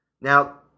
Now